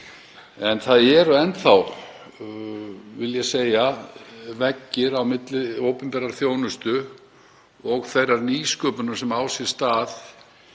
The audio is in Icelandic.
En það eru enn veggir, vil ég segja, á milli opinberrar þjónustu og þeirrar nýsköpunar sem á sér stað